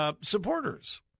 supporters